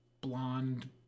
blonde